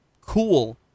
Cool